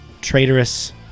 traitorous